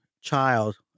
child